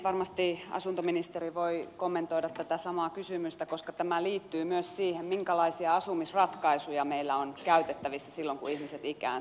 varmasti asuntoministeri voi kommentoida tätä samaa kysymystä koska tämä liittyy myös siihen minkälaisia asumisratkaisuja meillä on käytettävissä silloin kun ihmiset ikääntyvät